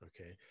Okay